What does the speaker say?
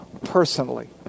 personally